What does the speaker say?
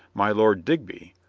my lord digby,